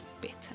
better